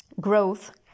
growth